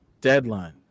deadline